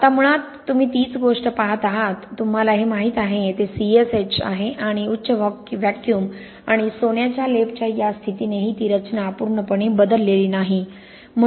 आता मुळात तुम्ही तीच गोष्ट पाहत आहात तुम्हाला हे माहित आहे ते C S H आहे आणि उच्च व्हॅक्यूम आणि सोन्याच्या लेपच्या या स्थितीनेही ती रचना पूर्णपणे बदललेली नाही